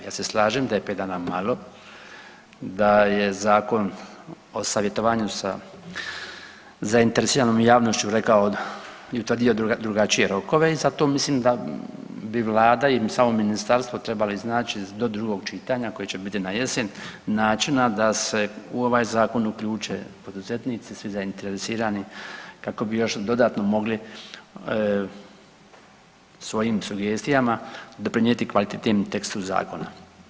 Ja se slažem da je 5 dana malo, da je Zakon o savjetovanju sa zainteresiranom javnošću rekao ... drugačije rokove i zato mislim da bi Vlada i samo ministarstvo trebali iznaći do drugog čitanja koje će biti na jesene načina da se u ovaj Zakon uključe poduzetnici, svi zainteresirani kako bi još dodatno mogli svojim sugestijama doprinijeti kvalitetnijem tekstu zakona.